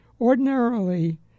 Ordinarily